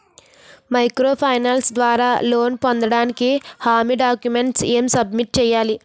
Micro finance ద్వారా loan పొందటానికి హామీ డాక్యుమెంట్స్ ఎం సబ్మిట్ చేయాలి?